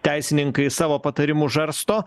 teisininkai savo patarimus žarsto